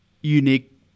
unique